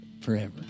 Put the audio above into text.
forever